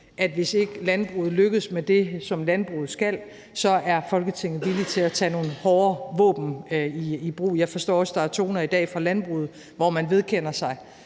at hvis ikke landbruget lykkes med det, som landbruget skal, er Folketinget villig til at tage nogle kraftigere våben i brug. Jeg forstår også, at der i dag er toner fra landbruget om, at de vedkender sig